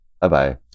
Bye-bye